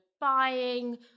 buying